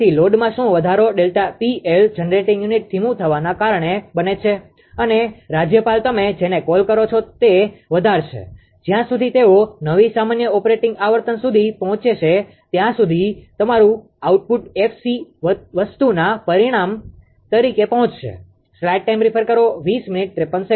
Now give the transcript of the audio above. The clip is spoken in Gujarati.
તેથી લોડમાં શું વધારો Δ𝑃𝐿 જનરેટિંગ યુનિટ ધીમું થવાનું કારણ બને છે અને રાજ્યપાલ તમે જેને કોલ કરો છો તે વધારશે જ્યાં સુધી તેઓ નવી સામાન્ય ઓપરેટિંગ આવર્તન સુધી પહોંચે ત્યાં સુધી તમારુ આઉટપુટ 𝑓𝑐 વસ્તુના પરિણામ તરીકે પહોચશે